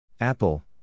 Apple